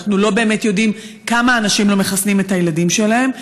אנחנו לא באמת יודעים כמה אנשים לא מחסנים את הילדים שלהם.